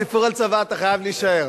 סיפור על צבא, אתה חייב להישאר.